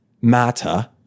matter